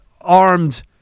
armed